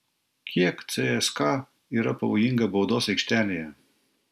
kiek cska yra pavojinga baudos aikštelėje